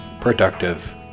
productive